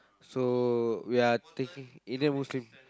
so we're taking Indian Muslim